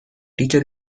teacher